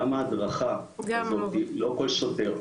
למה הדרכה כזאת לא כל שוטר?